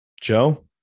Joe